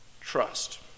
Trust